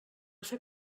fer